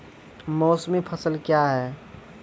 मौसमी फसल क्या हैं?